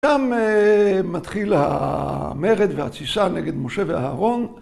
‫כאן מתחיל המרד והתסיסה ‫נגד משה ואהרון.